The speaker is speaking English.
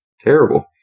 terrible